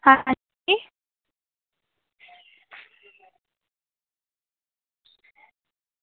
हां जी